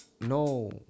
no